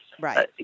Right